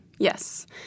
Yes